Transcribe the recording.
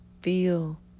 feel